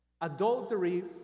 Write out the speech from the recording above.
Adultery